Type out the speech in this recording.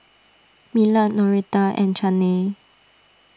Millard Noretta and Chaney